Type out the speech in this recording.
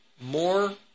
more